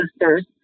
sisters